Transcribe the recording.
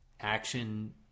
action